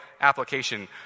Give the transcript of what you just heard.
application